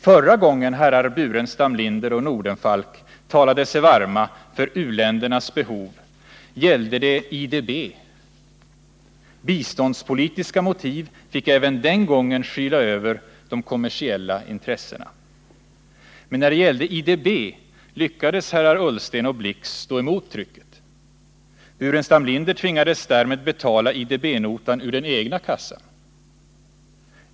Förra gången herrar Burenstam Linder och Nordenfalk talade sig varma för u-ländernas behov gällde det IDB. Biståndspolitiska motiv fick även den gången skyla över de kommersiella intressena. Men när det gällde IDB lyckades herrar Ullsten och Blix stå emot trycket. Staffan Burenstam Linder tvingades därmed betala IDB-notan ur den egna kassan.